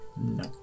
no